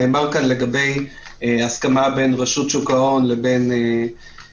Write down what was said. נאמר כאן לגבי הסכמה בין רשות שוק ההון לבין הרשות